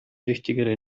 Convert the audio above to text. wichtigere